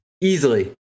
Easily